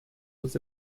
was